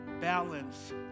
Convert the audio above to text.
balance